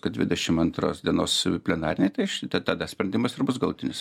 kad dvidešim antros dienos plenarinėj tai aš tada sprendimas ir bus galutinis